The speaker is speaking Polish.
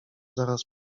zaraz